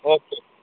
okay